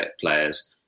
players